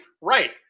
Right